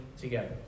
together